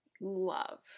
Love